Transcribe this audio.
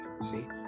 see